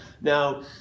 now